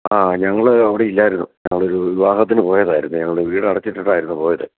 ആ ഞങ്ങൾ അവിടെ ഇല്ലായിരുന്നു ഞങ്ങളൊരു വിവാഹത്തിനു പോയതായിരുന്നു ഞങ്ങൾ വീട് അടച്ചിട്ടിട്ടായിരുന്നു പോയത്